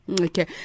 Okay